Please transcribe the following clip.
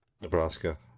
Nebraska